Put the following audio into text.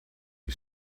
you